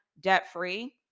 Debt-free